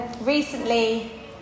recently